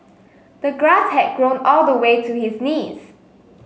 the grass had grown all the way to his knees